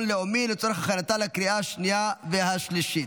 לאומי לצורך הכנתה לקריאה השנייה והשלישית.